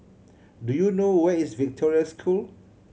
do you know where is Victoria School